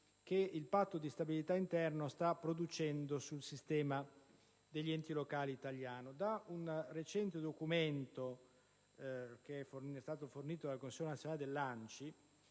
che il Patto di stabilità interno sta producendo sul sistema degli enti locali italiano. Da un recente documento che mi è stato fornito dal Consiglio nazionale dell'ANCI